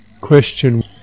question